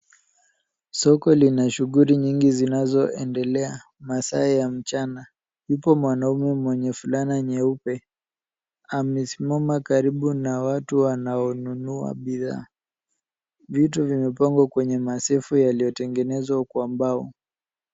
Soko lina shughuli nyingi zinazoendelea. Masaa ya mchana. Yupo mwanaume mwenye fulana nyeupe, amesimama karibu na watu wanaonunua bidhaa. Vitu vimepangwa kwenye masafe yaliyotengenezwa kwa mbao.